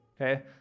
Okay